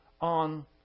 on